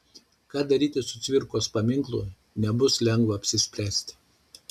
ką daryti su cvirkos paminklu nebus lengva apsispręsti